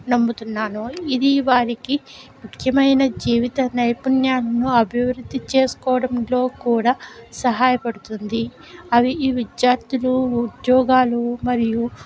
నమ్ముతున్నాను ఇది వారికి ముఖ్యమైన జీవిత నైపుణ్యాలను అభివృద్ధి చేసుకోవడంలో కూడా సహాయపడుతుంది అవి ఈ విద్యార్థులు ఉద్యోగాలు మరియు